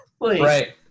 Right